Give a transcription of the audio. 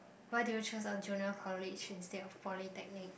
why do you chose a junior college instead of Polytechnic